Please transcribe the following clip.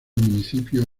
municipio